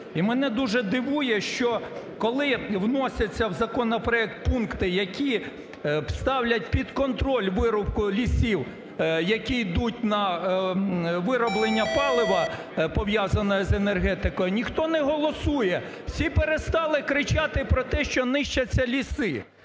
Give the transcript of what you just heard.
І мене дуже дивує, що коли вносяться в законопроект пункти, які ставлять під контроль вирубку лісів, які йдуть на вироблення палива, пов'язані з енергетикою, ніхто не голосує. Всі перестали кричати про те, що нищаться ліси.